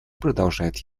продолжает